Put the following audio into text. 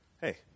hey